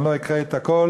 אני לא אקריא את הכול,